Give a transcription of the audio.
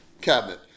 cabinet